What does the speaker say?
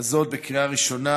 הזאת בקריאה ראשונה,